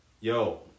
Yo